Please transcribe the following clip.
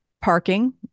parking